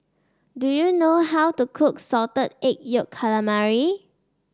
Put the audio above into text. do you know how to cook Salted Egg Yolk Calamari